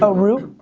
ah rue,